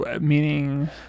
meaning